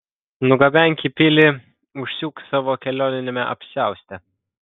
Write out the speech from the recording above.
nugabenk į pilį užsiūk savo kelioniniame apsiauste